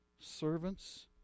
servants